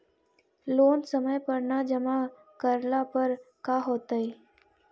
Loan समय पर न जमा करला पर का होतइ?